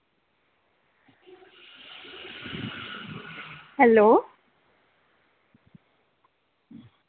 hello